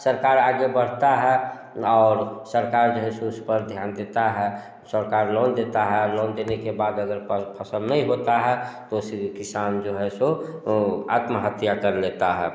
सरकार आगे बढ़ती है और सरकार जो है वो सूद पर ध्यान देती है सरकार लोन देती है लोन देने के बाद अगर पर फ़सल नहीं होती है तो फिर किसान जो है सो वो आत्महत्या कर लेता है